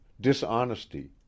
dishonesty